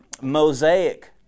mosaic